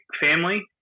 family